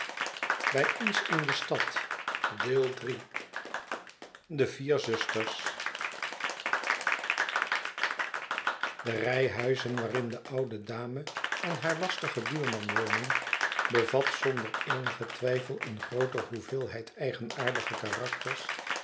iii de vier zusters de rij huizen waarin de oude dame en haar lastige buurman wonen bevat zonder eenigen twijfel een grooter hoeveelheid eigenaardige karakters